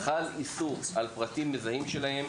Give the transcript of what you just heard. חל איסור על פרטים מזהים שלהם,